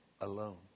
alone